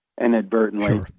inadvertently